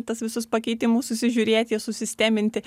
tas visus pakeitimus susižiūrėti juos susisteminti